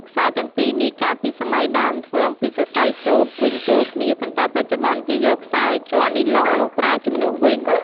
ខ្សែទាំង២នេះកាលពីសម័យដើមធ្វើអំពីសរសៃសូត្រវេញចូលគ្នា ប៉ុន្ដែបច្ចុប្បន្នគេយកខ្សែជ័រនីឡុងមកប្រើជំនួសវិញ ។